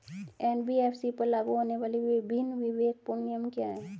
NBFC पर लागू होने वाले विभिन्न विवेकपूर्ण नियम क्या हैं?